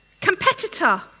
competitor